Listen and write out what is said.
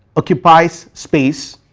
occupies space